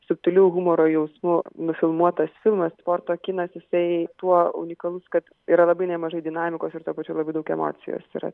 subtiliu humoro jausmu nufilmuotas filmas sporto kinas jisai tuo unikalus kad yra labai nemažai dinamikos ir tuo pačiu labai daug emocijos yra